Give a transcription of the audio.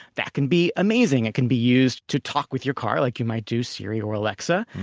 that can be amazing. it can be used to talk with your car like you might do siri or alexa.